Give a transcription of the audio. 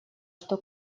что